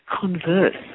converse